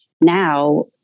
now